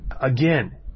Again